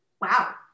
wow